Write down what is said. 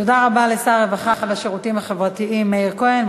תודה רבה לשר הרווחה והשירותים החברתיים מאיר כהן.